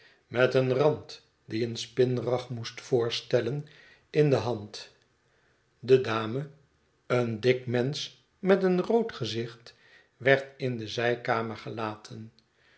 met een rand die een spinrag moest voorstellen in de hand de dame een dik mensch met een rood gezicht werd in de zijkamer gelaten